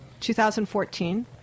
2014